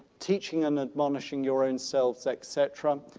teaching and admonishing your ownselves etc.